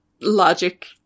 logic